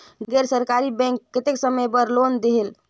गैर सरकारी बैंक कतेक समय बर लोन देहेल?